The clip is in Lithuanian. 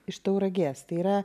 iš tauragės tai yra